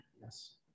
Yes